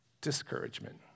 discouragement